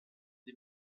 die